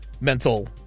mental